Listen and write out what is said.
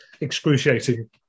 excruciating